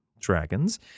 dragons